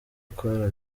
ukora